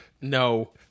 No